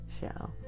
show